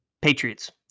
Patriots